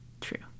True